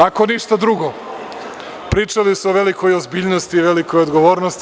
Ako ništa drugo, pričali su o velikoj ozbiljnosti i velikoj odgovornosti.